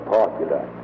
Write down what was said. popular